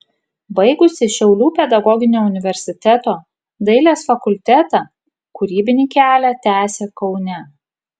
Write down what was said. baigusi šiaulių pedagoginio universiteto dailės fakultetą kūrybinį kelią tęsė kaune